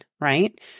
right